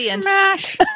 Smash